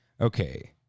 Okay